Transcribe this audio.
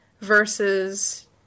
versus